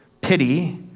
pity